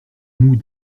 moue